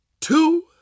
two